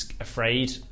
afraid